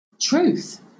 truth